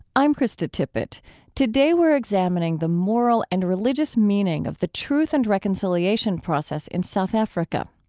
i'm krista tippett today we're examining the moral and religious meaning of the truth and reconciliation process in south africa.